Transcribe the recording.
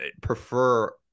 prefer